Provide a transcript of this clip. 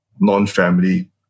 non-family